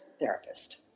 therapist